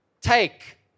take